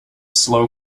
slow